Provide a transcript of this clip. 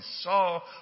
saw